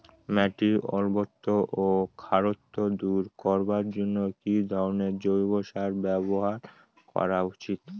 মাটির অম্লত্ব ও খারত্ব দূর করবার জন্য কি ধরণের জৈব সার ব্যাবহার করা উচিৎ?